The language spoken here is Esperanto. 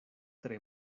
tre